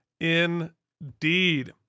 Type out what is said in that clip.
indeed